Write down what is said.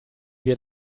wir